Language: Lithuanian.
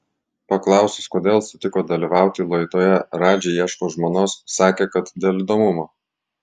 paklausus kodėl sutiko dalyvauti laidoje radži ieško žmonos sakė kad dėl įdomumo